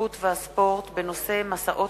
התרבות והספורט בעקבות דיון מהיר בנושא: מסעות